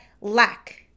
lack